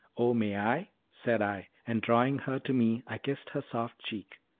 oh, may i? said i, and drawing her to me i kissed her soft cheek.